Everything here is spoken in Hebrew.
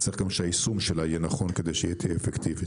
צריך שגם היישום שלה יהיה נכון כדי שהיא תהיה אפקטיבית.